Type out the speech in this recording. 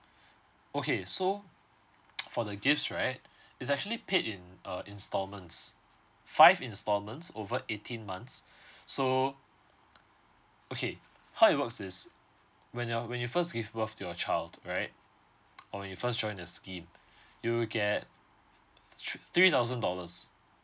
okay so for the gifts right is actually paid in uh installments five installments over eighteen months so okay how it works is when your when you first give birth to your child right or you first join the scheme you will get th~ three thousand dollars